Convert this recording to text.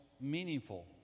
meaningful